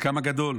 וחלקם הגדול,